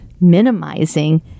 minimizing